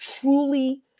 truly